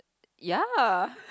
ya